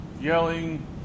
yelling